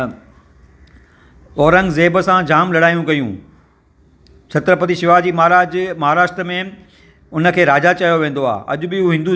जी battery जेकी आहे हूअ फ़ाटी सघंदी आहे बैटरी फ़ाटी करणु जे करे हुन माण्हू जो कुझु बि तबियतु ख़राब थी सघंदी आहे माण्हू